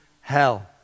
hell